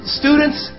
students